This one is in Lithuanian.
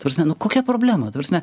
ta prasme nu kokia problema ta prasme